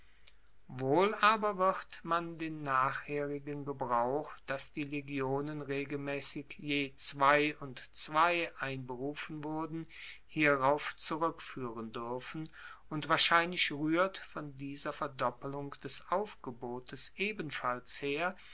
wohl aber wird man den nachherigen gebrauch dass die legionen regelmaessig je zwei und zwei einberufen wurden hierauf zurueckfuehren duerfen und wahrscheinlich ruehrt von dieser verdoppelung des aufgebotes ebenfalls her